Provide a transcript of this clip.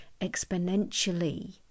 exponentially